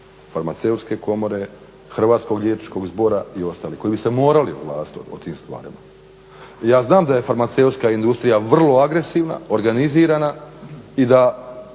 Farmaceutske komore, Hrvatskog liječničkog zbora i ostalih koji bi se morali oglasiti o tim stvarima. Ja znam da je farmaceutska industrija vrlo agresivna, organizirana i da